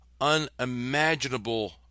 unimaginable